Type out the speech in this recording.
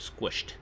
squished